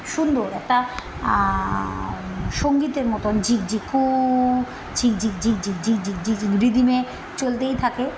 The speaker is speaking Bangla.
সুন্দর একটা সঙ্গীতের মতন ঝিক ঝিক কু ঝিক ঝিক ঝিক ঝিক ঝিক ঝিক ঝিক ঝিক রিদমে চলতেই থাকে